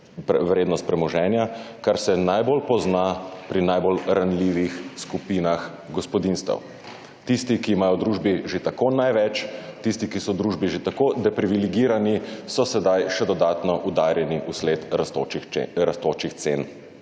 vrednost premoženja, kar se najbolj pozna pri najbolj ranljivih skupinah gospodinjstev. Tisti, ki imajo v družbi že tako največ, tisti, ki so v družbi že tako deprivilegirani, so zdaj še dodatno udarjeni vsled rastočih cen,